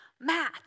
math